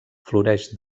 floreix